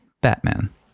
Batman